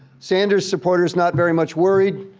sanders supporters not very much worried,